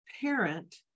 parent